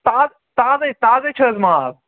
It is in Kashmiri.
تازٕ تازَے تازَے چھےٚ حظ مال